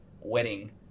wedding